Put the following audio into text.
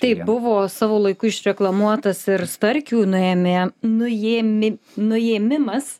tai buvo savo laiku išreklamuotas ir starkių nuėmė nuėmė nuėmimas